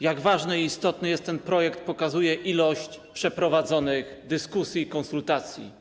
Jak ważny i istotny jest ten projekt, pokazuje ilość przeprowadzonych dyskusji i konsultacji.